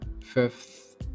Fifth